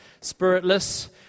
spiritless